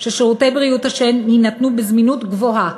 בכך ששירותי בריאות השן יינתנו בזמינות גבוהה,